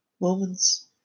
moments